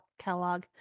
Kellogg